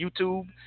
YouTube